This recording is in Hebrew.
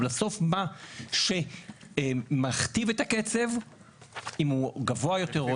אבל בסוף מה שמכתיב את הקצב אם הוא גבוה יותר או